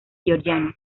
georgiano